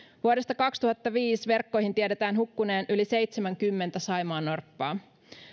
vuodesta kaksituhattaviisi verkkoihin tiedetään hukkuneen yli seitsemänkymmentä saimaannorppaa